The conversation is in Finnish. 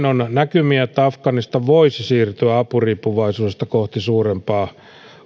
on näkymiä että afganistan voisi siirtyä apuriippuvaisuudesta kohti suurempaa